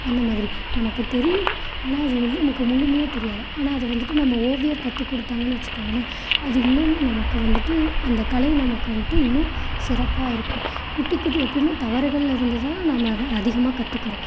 அந்த மாதிரி நமக்கு தெரியும் ஆனால் அது வந்து நமக்கு முழுமையாக தெரியாது ஆனால் அதை வந்துவிட்டு நம்ம ஓவியர் கற்று கொடுத்தாங்கன்னு வச்சுக்கோங்களேன் அது இன்னும் நமக்கு வந்துட்டு அந்த கலை நமக்கு வந்துட்டு இன்னும் சிறப்பாக இருக்கும் குட்டி குட்டி எப்பையுமே தவறுகள்லருந்து தான் நம்ம அதை அதிகமாக கற்றுக்குறோம்